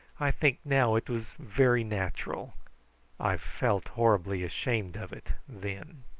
i think now it was very natural i felt horribly ashamed of it then.